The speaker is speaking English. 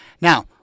Now